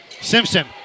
Simpson